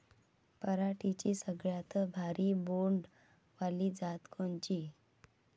पराटीची सगळ्यात भारी बोंड वाली जात कोनची?